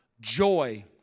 joy